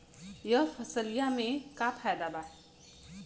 यह फसलिया में का फायदा बा?